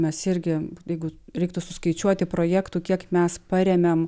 mes irgi jeigu reiktų suskaičiuoti projektų kiek mes paremiam